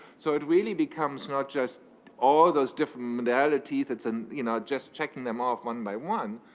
so it really becomes not just all those different modalities. it's and you know just checking them off one by one.